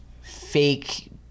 fake